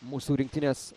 mūsų rinktinės